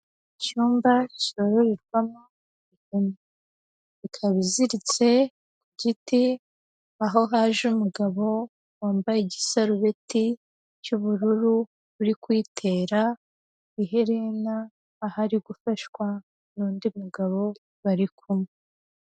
Icyumba cyororerwamo inka ikaba iziritse ku giti, aho haje umugabo wambaye igisarubeti cy'ubururu uri kuyitera iherena aho ari gufashwa n'undi mugabo bari kumwe.